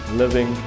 living